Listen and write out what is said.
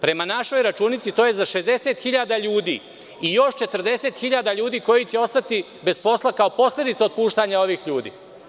Prema našoj računici to je za 60.000 ljudi i još 40.000 ljudi koji će ostati bez posla kao posledica otpuštanja ovih ljudi.